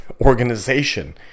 organization